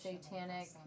satanic